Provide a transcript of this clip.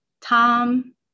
Tom